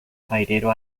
fajrero